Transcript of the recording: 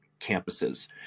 campuses